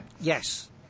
Yes